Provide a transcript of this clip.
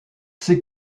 ces